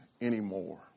anymore